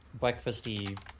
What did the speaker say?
breakfasty